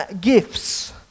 gifts